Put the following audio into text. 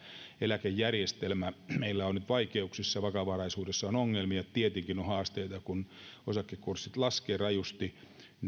eläkejärjestelmä meillä on nyt vaikeuksissa kun vakavaraisuudessa on ongelmia tietenkin on haasteita kun osakekurssit laskevat rajusti